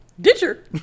Ditcher